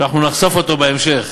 שאנחנו נחשוף אותו בהמשך,